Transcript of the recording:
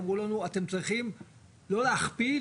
ואמרו לנו שאנחנו צריכים לא להכפיל,